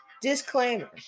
disclaimer